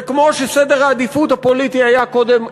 וכמו שסדר העדיפות הפוליטי היה קודם אחד,